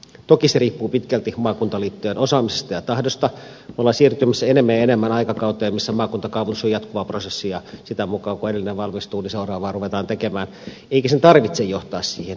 toki se riippuu pitkälti maakuntaliittojen osaamisesta ja tahdosta me olemme siirtymässä enemmän ja enemmän aikakauteen missä maakuntakaavoitus on jatkuvaa prosessia sitä mukaa kun edellinen valmistuu seuraavaa ruvetaan tekemään eikä sen tarvitse johtaa siihen